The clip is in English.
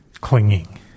clinging